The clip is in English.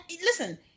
listen